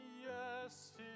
Yes